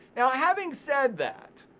now having said that,